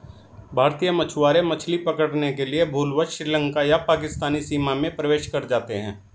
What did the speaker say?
भारतीय मछुआरे मछली पकड़ने के लिए भूलवश श्रीलंका या पाकिस्तानी सीमा में प्रवेश कर जाते हैं